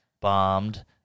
bombed